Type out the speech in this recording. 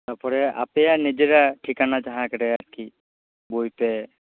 ᱛᱟ ᱯᱚᱨᱮ ᱟᱯᱮᱭᱟᱜ ᱱᱤᱡᱮᱨᱟᱜ ᱴᱷᱤᱠᱟᱱᱟ ᱡᱟᱦᱟᱸ ᱠᱚᱨᱮ ᱟᱨᱠᱤ ᱵᱳᱭ ᱯᱮ